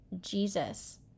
Jesus